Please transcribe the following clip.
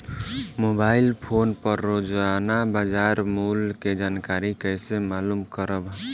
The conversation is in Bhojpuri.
मोबाइल फोन पर रोजाना बाजार मूल्य के जानकारी कइसे मालूम करब?